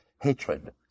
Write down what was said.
hatred